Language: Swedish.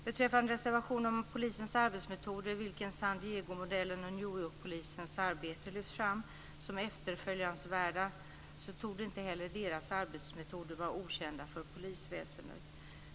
Beträffande reservationen om polisens arbetsmetoder i vilken San Diego-modellen och New Yorkpolisens arbete lyfts fram som efterföljansvärda, torde inte deras arbetsmetoder vara okända för polisväsendet.